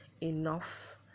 Enough